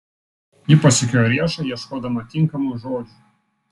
ji pasukiojo riešą ieškodama tinkamų žodžių